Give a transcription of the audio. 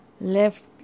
left